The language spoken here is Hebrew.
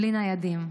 בלי ניידים.